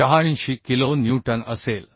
86 kilo newton असेल